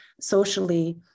socially